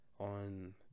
on